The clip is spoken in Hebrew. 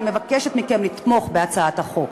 אני מבקשת מכם לתמוך בהצעת החוק.